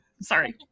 sorry